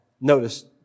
Notice